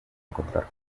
encontrar